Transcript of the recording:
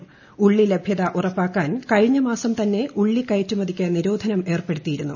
രാജ്യത്ത് ഉള്ളിലഭ്യത ഉറപ്പാക്കാൻ കഴിഞ്ഞമാസംതന്നെ ഉള്ളികയറ്റുമതിക്ക് നിരോധനം ഏർപ്പെടുത്തിയിരുന്നു